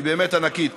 והיא באמת ענקית,